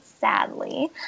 sadly